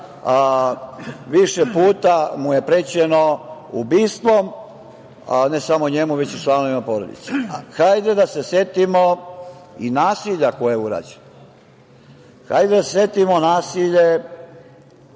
više puta je prećeno ubistvom, ne samo njemu, već i članovima porodice. Hajde da se setimo i nasilja koje je urađeno. Hajde da se setimo nasilja,